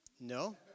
No